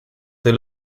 they